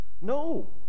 no